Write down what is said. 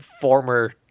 former